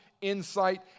insight